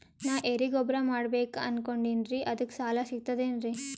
ನಾ ಎರಿಗೊಬ್ಬರ ಮಾಡಬೇಕು ಅನಕೊಂಡಿನ್ರಿ ಅದಕ ಸಾಲಾ ಸಿಗ್ತದೇನ್ರಿ?